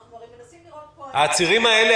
הם מנסים לראות פה --- האם העצירים האלה